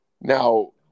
Now